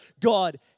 God